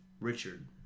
Richard